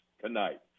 tonight